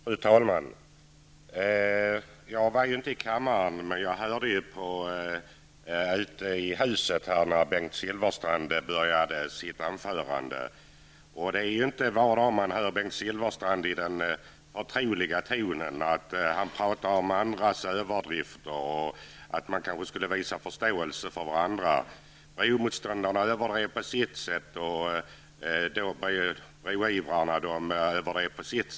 Fru talman! Jag var inte i kammaren men jag hörde genom högtalare ute i huset när Bengt Silfverstrand började sitt anförande. Det är inte var dag man hör Bengt Silfverstrand anslå den förtroliga tonen. Han talade om andras överdrifter och sade att man kanske skulle visa förståelse för varandra -- bromotståndarna överdrev på sitt sätt och broivrarna på sitt.